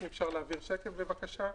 אם אפשר להעביר שקף בבקשה.